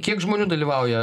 kiek žmonių dalyvauja